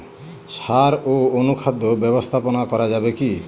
সাড় ও অনুখাদ্য ব্যবস্থাপনা করা যাবে কি?